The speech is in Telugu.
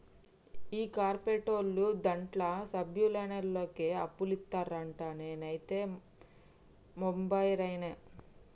కా కార్పోరేటోళ్లు దాంట్ల సభ్యులైనోళ్లకే అప్పులిత్తరంట, నేనైతే మెంబరైన